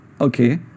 Okay